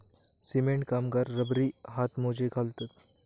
cement कामगार रबरी हातमोजे घालतत